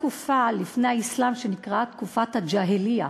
שלפני האסלאם הייתה תקופה שנקראה תקופת הג'אהליה,